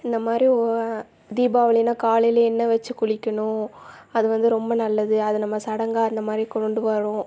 இந்தமாதிரி ஒ தீபாவளினா காலையிலேயே எண்ணெய் வச்சு குளிக்கணும் அது வந்து ரொம்ப நல்லது அது நம்ம சடங்கா அந்தமாதிரி கொண்டு வருவோம்